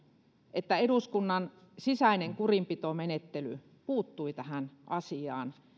että eduskunnan sisäinen kurinpitomenettely puuttui tähän asiaan